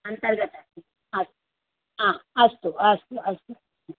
अन्तः ददाति अस्तु हा अस्तु अस्तु अस्तु